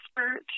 expert